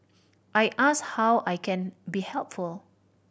I ask how I can be helpful